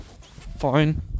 Fine